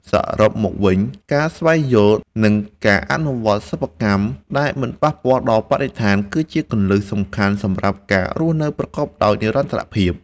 សរុបមកវិញ ការស្វែងយល់ និង ការអនុវត្តសិប្បកម្មដែលមិនប៉ះពាល់ដល់បរិស្ថាន គឺជាគន្លឹះសំខាន់សម្រាប់ការរស់នៅប្រកបដោយនិរន្តរភាព។